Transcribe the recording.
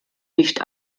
nicht